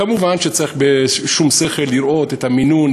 כמובן שצריך בשום שכל לראות את המינון,